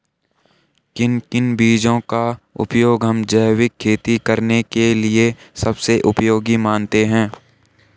किन किन बीजों का उपयोग हम जैविक खेती करने के लिए सबसे उपयोगी मानते हैं?